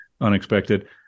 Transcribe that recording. unexpected